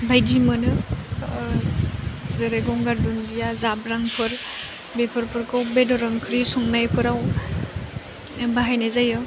बायदि मोनो जेरै गंगार दुन्दिया जाब्रांफोर बेफोरफोरखौ बेदर ओंख्रि संनायफोराव बाहायनाय जायो